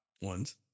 ones